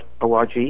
.org